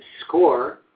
score